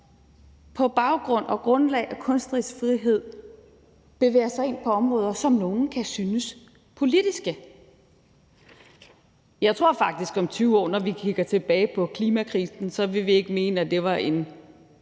på baggrund og grundlag af kunstnerisk frihed bevæger sig ind på områder, som for nogle kan synes politiske. Jeg tror faktisk, at når vi om 20 år kigger tilbage på klimakrisen, vil vi ikke mene, at det var en